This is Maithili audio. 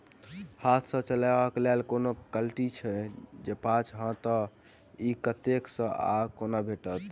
हाथ सऽ चलेबाक लेल कोनों कल्टी छै, जौंपच हाँ तऽ, इ कतह सऽ आ कोना भेटत?